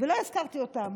ולא הזכרתי אותם